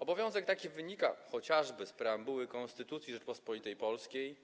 Obowiązek taki wynika chociażby z preambuły Konstytucji Rzeczypospolitej Polskiej,